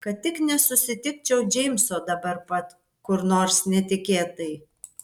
kad tik nesusitikčiau džeimso dabar pat kur nors netikėtai